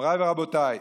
מוריי ורבותיי,